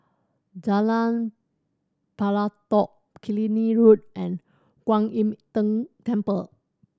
Jalan Pelatok Killiney Road and Kuan Im Tng Temple